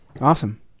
Awesome